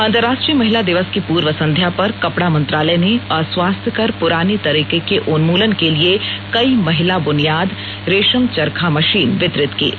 अंतरराष्ट्रीय महिला दिवस की पूर्वसंध्या पर कपड़ा मंत्रालय ने अस्वास्थ्यकर पुराने तरीके के उन्मूलन के लिए कई महिला बुनियाद रेशम चरखा मशीन वितरित कीं